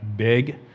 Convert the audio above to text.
Big